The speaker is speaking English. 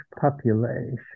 population